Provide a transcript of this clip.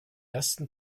ersten